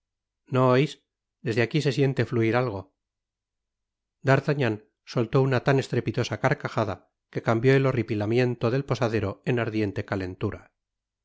no ois desde aqui se siente finir algo d'artagnan soltó una tan estrepitosa carcajada que cambió el horripilamiento del posadero en ardiente calentura